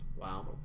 Wow